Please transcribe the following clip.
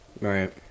right